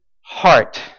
heart